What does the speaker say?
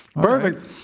Perfect